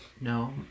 No